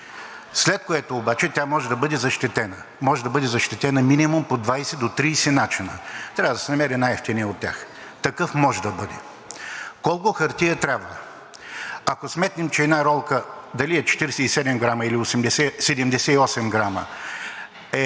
след което обаче тя може да бъде защитен. Може да бъде защитена минимум по 20 до 30 начина, трябва да се намери най-евтиният от тях. Такъв може да бъде намерен. Колко хартия трябва? Ако сметнем, че една ролка – дали е 47 грама или 78 грама –